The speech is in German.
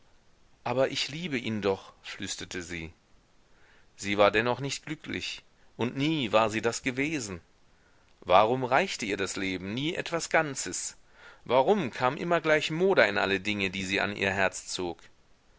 aber ich liebe ihn doch flüsterte sie sie war dennoch nicht glücklich und nie war sie das gewesen warum reichte ihr das leben nie etwas ganzes warum kam immer gleich moder in alle dinge die sie an ihr herz zog